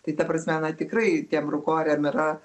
tai ta prasme na tikrai tiem rūkoriam yra